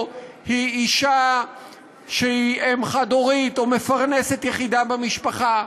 היא אישה שהיא אם חד-הורית או מפרנסת יחידה במשפחה.